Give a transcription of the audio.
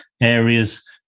areas